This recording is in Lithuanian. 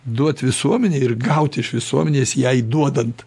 duot visuomenei ir gaut iš visuomenės jai duodant